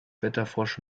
wetterfrosch